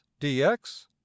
dx